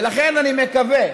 לכן אני מקווה,